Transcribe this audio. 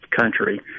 country